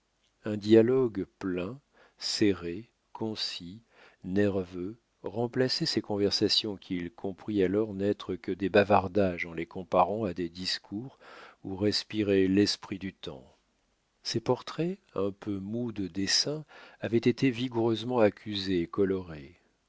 un dialogue plein serré concis nerveux remplaçait ses conversations qu'il comprit alors n'être que des bavardages en les comparant à des discours où respirait l'esprit du temps ses portraits un peu mous de dessin avaient été vigoureusement accusés et colorés